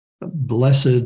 blessed